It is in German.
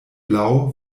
blau